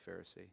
Pharisee